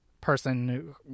person